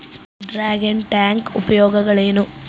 Dragon tank ಉಪಯೋಗಗಳೇನು?